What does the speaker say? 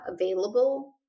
available